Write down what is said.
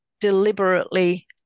deliberately